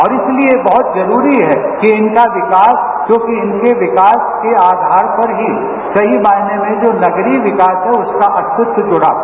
और इसलिए बहुत जरूरी है कि इनका विकास क्योंकि इनके विकास के आधार पर ही सही मायने में जो नगरीय विकास है उसका अस्तित्व जुड़ा है